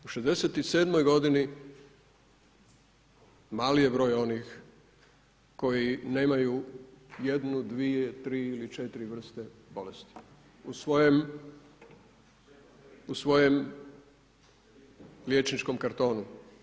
U 67. godini mali je broj onih koji nemaju jednu, dvije, tri ili četiri vrste bolesti u svojem liječničkom kartonu.